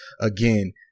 again